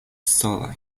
solaj